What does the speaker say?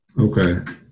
Okay